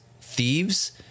thieves